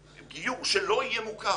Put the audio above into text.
שלא יהיה מוכר